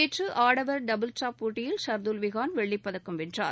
நேற்று ஆடவர் double trap போட்டியில் ஷர்துல் வீகான் வெள்ளிப் பதக்கம் வென்றார்